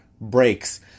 breaks